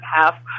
half